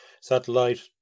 satellite